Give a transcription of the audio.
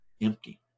Empty